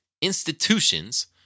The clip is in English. institutions